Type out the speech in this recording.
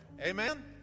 Amen